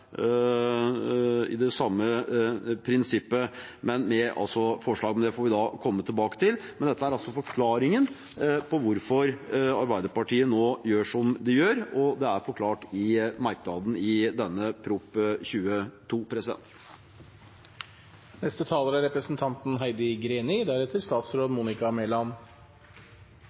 får vi komme tilbake til. Dette er altså forklaringen på hvorfor Arbeiderpartiet nå gjør som vi gjør, og det er forklart i merknadene i denne innstillingen til Prop. 22